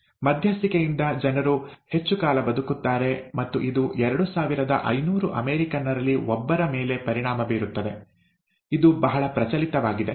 ಮಧ್ಯಸ್ಥಿಕೆಯಿಂದ ಜನರು ಹೆಚ್ಚು ಕಾಲ ಬದುಕುತ್ತಾರೆ ಮತ್ತು ಇದು ಎರಡು ಸಾವಿರದ ಐನೂರು ಅಮೆರಿಕನ್ನರಲ್ಲಿ ಒಬ್ಬರ ಮೇಲೆ ಪರಿಣಾಮ ಬೀರುತ್ತದೆ ಇದು ಬಹಳ ಪ್ರಚಲಿತವಾಗಿದೆ